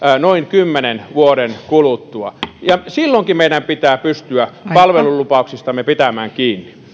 noin kymmenen vuoden kuluttua ja silloinkin meidän pitää pystyä palvelulupauksistamme pitämään kiinni